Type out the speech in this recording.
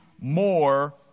more